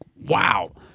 wow-